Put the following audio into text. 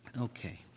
Okay